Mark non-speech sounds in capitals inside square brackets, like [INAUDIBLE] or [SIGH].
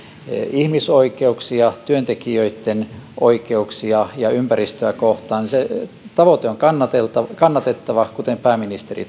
ihmisoikeuksia työntekijöitten oikeuksia ja ympäristöä kohtaan on kannatettava kannatettava kuten pääministeri [UNINTELLIGIBLE]